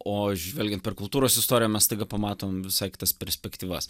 o žvelgiant per kultūros istoriją mes staiga pamatom visai kitas perspektyvas